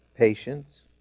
Patience